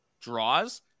draws